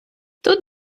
тут